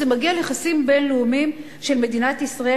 כשזה מגיע ליחסים בין-לאומיים של מדינת ישראל,